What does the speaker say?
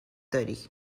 داری